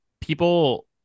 people